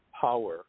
power